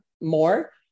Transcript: more